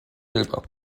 silber